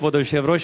כבוד היושב-ראש,